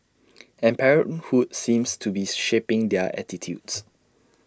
and parenthood seems to be shaping their attitudes